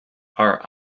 are